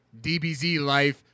DBZLife